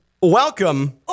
welcome